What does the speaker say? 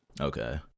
Okay